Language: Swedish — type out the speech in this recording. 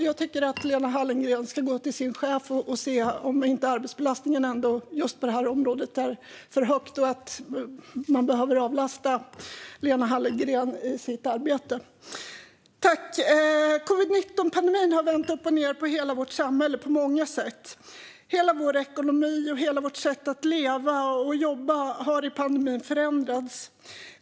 Jag tycker att Lena Hallengren ska gå till sin chef och höra om inte arbetsbelastningen på just det här området är för hög och att hon behöver avlastas i sitt arbete. Covid-19-pandemin har vänt upp och ned på hela vårt samhälle på många sätt. Hela vår ekonomi och hela vårt sätt att leva och jobba har under pandemin förändrats.